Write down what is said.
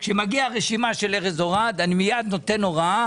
אני רק יודע שכאשר מגיעה רשימה של ארז אורעד אני מיד נותן הוראה